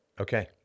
Okay